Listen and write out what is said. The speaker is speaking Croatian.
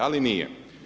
Ali nije.